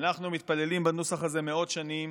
אנחנו מתפללים בנוסח הזה מאות שנים.